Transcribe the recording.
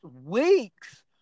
weeks